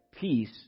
peace